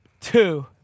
two